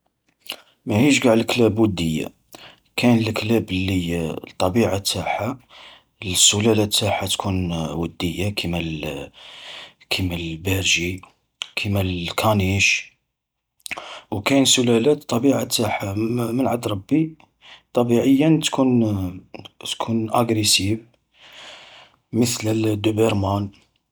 ماهيش قاع الكلاب ودية، كاين الكلاب اللي الطبيعة تاعها، السلالة تاعها تكون ودية كيما ال- كيما البيرجي كيما الكانيش. وكاين سلالات الطبيعية تاعها م-من عد ربي طبيعيا تكون تكون اغريسيف، مثل الدبيرمان.